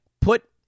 put